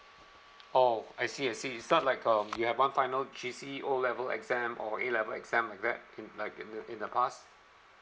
oh I see I see it's no like um you have one final G_C_E O level exam or A level exam like that in like in in the past